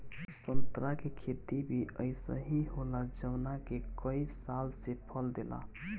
संतरा के खेती भी अइसे ही होला जवन के कई साल से फल देला